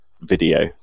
video